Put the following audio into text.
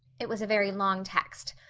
it was a very long text.